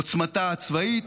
עוצמתה הצבאית,